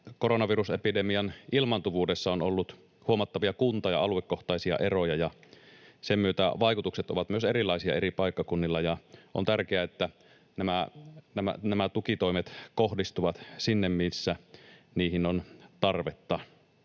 koronavirusepidemian ilmaantuvuudessa on ollut huomattavia kunta- ja aluekohtaisia eroja. Sen myötä vaikutukset ovat myös erilaisia eri paikkakunnilla, ja on tärkeää, että nämä tukitoimet kohdistuvat sinne, missä niihin on tarvetta.